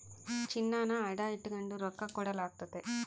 ಚಿನ್ನಾನ ಅಡ ಇಟಗಂಡು ರೊಕ್ಕ ಕೊಡಲಾಗ್ತತೆ